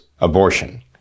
abortion